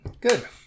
Good